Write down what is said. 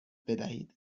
بدهید